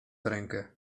rękę